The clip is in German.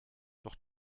doch